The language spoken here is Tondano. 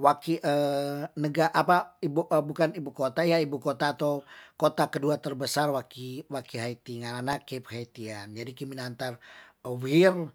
waki nega apa ibu, bukan ibu kota ya ibu kota tou kota kedua terbesar waki waki haitingana ke pihetian jadi kiminantar uwir